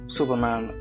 Superman